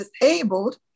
disabled